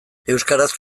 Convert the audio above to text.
euskaraz